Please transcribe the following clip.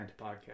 podcast